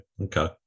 okay